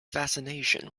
fascination